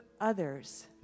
others